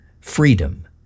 Freedom